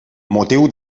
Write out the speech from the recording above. motiu